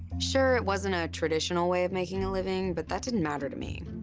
sure, it wasn't a traditional way of making a living, but that didn't matter to me.